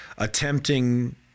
Attempting